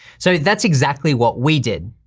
so that's exactly what we did.